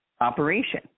operation